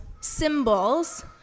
symbols